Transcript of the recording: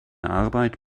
arbeit